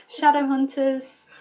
Shadowhunters